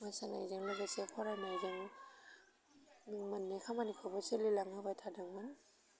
मोसानायजों लोगोसे फरायनायजों मोन्नै खामानिखौबो सोलिलांहोबाय थादोंमोन